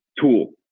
tool